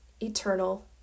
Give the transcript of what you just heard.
eternal